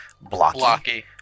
blocky